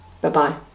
bye-bye